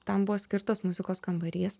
tam buvo skirtas muzikos kambarys